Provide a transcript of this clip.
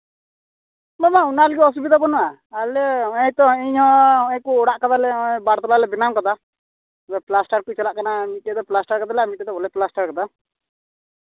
ᱵᱟᱝ ᱵᱟᱝ ᱚᱱᱟ ᱞᱟᱹᱜᱤᱫ ᱚᱥᱩᱵᱤᱫᱷᱟ ᱵᱟᱹᱱᱩᱜᱼᱟ ᱟᱞᱮ ᱱᱚᱜᱼᱚᱭ ᱛᱚ ᱤᱧᱦᱚᱸ ᱱᱚᱜᱼᱚᱭ ᱠᱚ ᱚᱲᱟᱜ ᱠᱟᱫᱟᱞᱮ ᱱᱚᱜᱼᱚᱭ ᱵᱟᱨ ᱛᱟᱞᱟ ᱞᱮ ᱵᱮᱱᱟᱣ ᱠᱟᱫᱟ ᱯᱞᱟᱥᱴᱟᱨ ᱠᱚ ᱪᱟᱞᱟᱜ ᱠᱟᱱᱟ ᱢᱤᱫᱴᱮᱱ ᱫᱚ ᱯᱞᱟᱥᱴᱟᱨ ᱠᱟᱫᱟᱞᱮ ᱢᱤᱫᱴᱟᱱ ᱫᱚ ᱵᱟᱞᱮ ᱯᱞᱟᱥᱴᱟᱨ ᱠᱟᱫᱟ